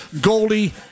Goldie